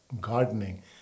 gardening